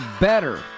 better